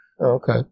okay